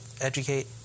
educate